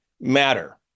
matter